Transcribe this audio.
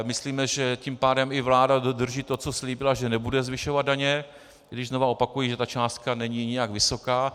Myslíme, že tím pádem i vláda dodrží to, co slíbila, že nebude zvyšovat daně, i když znova opakuji, že ta částka není nijak vysoká.